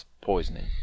poisoning